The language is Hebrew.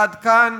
עד כאן,